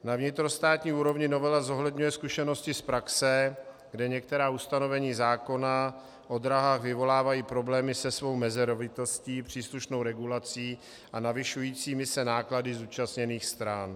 Na vnitrostátní úrovni novela zohledňuje zkušenosti z praxe, kde některá ustanovení zákona o dráhách vyvolávají problémy se svou mezerovitostí, příslušnou regulací a navyšujícími se náklady zúčastněných stran.